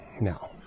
No